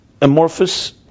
amorphous